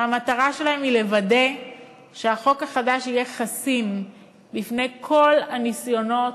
שהמטרה שלהן היא לוודא שהחוק החדש יהיה חסין בפני כל הניסיונות,